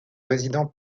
résidents